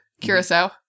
curacao